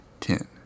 ten